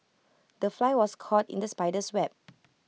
the fly was caught in the spider's web